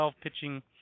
pitching